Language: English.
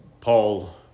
Paul